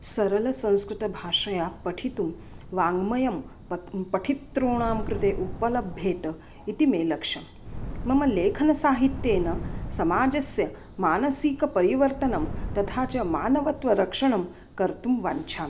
सरलसंस्कृतभाषया पठितुं वाङ्मयं पट् पठितॄणां कृते उपलभ्येत इति मे लक्ष्यं मम लेखनसाहित्येन समाजस्य मानसिकपरिवर्तनं तथा च मानवत्वरक्षणं कर्तुं वाञ्छामि